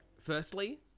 Firstly